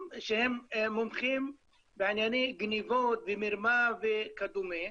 שהם מומחים בענייני גנבות ומרמה וכדומה,